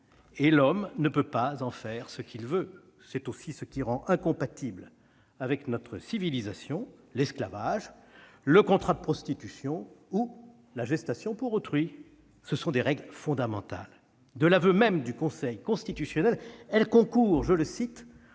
et l'homme ne peut pas en faire ce qu'il veut. C'est aussi ce qui rend incompatibles avec notre civilisation l'esclavage, le contrat de prostitution ou la gestation pour autrui. Ce sont des règles fondamentales. De l'aveu même du Conseil constitutionnel, elles concourent